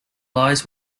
lies